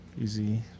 easy